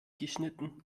geschnitten